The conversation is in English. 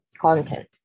content